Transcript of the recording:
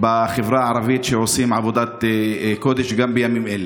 בחברה הערבית, שעושים עבודת קודש גם בימים אלה.